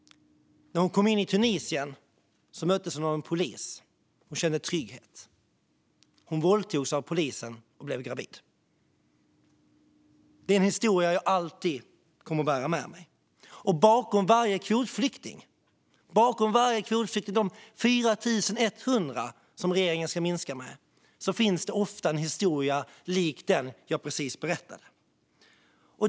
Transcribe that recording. När hon kom in i Tunisien möttes hon av en polis och kände trygghet. Hon våldtogs av polisen och blev gravid. Detta är en historia jag alltid kommer att bära med mig. Bakom varje kvotflykting, även bakom de 4 100 kvotflyktingar som regeringen ska minska antalet med, finns ofta en historia lik den jag precis berättade.